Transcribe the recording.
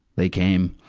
they came.